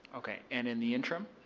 okay. and in the interim?